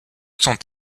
sont